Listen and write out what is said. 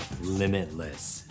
limitless